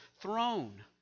throne